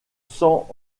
cent